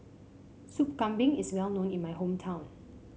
Sup Kambing is well known in my hometown